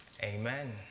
Amen